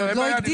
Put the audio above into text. שעוד לא הגדירו.